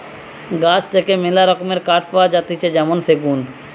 গাছ থেকে মেলা রকমের কাঠ পাওয়া যাতিছে যেমন সেগুন